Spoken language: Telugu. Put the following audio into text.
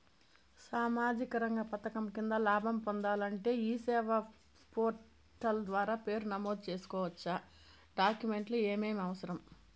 సామాజిక రంగ పథకం కింద లాభం పొందాలంటే ఈ సేవా పోర్టల్ ద్వారా పేరు నమోదు సేసుకోవచ్చా? డాక్యుమెంట్లు ఏమేమి అవసరం?